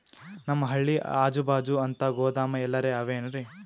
ನಮ್ ಹಳ್ಳಿ ಅಜುಬಾಜು ಅಂತ ಗೋದಾಮ ಎಲ್ಲರೆ ಅವೇನ್ರಿ?